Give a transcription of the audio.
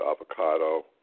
avocado